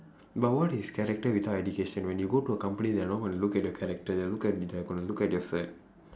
but what is character without education when you go to a company they are not gonna look at your character they will look at you they are gonna look at your cert